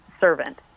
servant